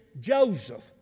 Joseph